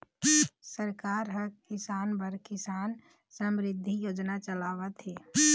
सरकार ह किसान बर किसान समरिद्धि योजना चलावत हे